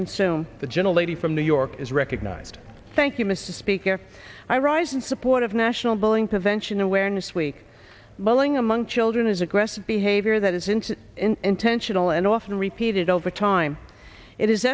consume the gentle lady from new york is recognized thank you mr speaker i rise in support of national bowling to venture an awareness week bowling among children as aggressive behavior that is into intentional and often repeated over time it is